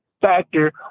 factor